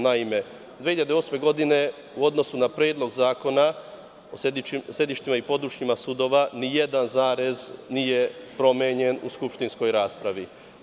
Naime, 2008. godine, u odnosu na Predlog zakona o sedištima i područjima sudova, nijedan zarez nije promenjen u skupštinskoj raspravi.